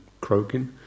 croaking